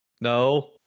No